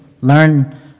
learn